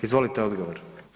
Izvolite odgovor.